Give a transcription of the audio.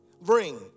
bring